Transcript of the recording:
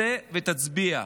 צא ותצביע.